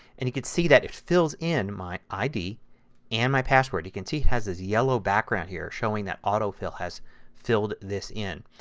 and you can see it fills in my id and my password. you can see it has this yellow background here showing that autofill has filled this in.